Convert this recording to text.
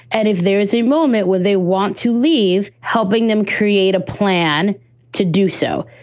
and if there is a moment where they want to leave. helping them create a plan to do so.